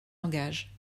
engage